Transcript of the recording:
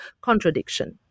contradiction